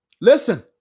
Listen